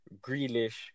Grealish